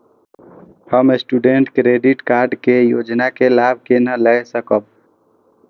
हम student credit card के योजना के लाभ केना लय सकब?